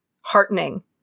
heartening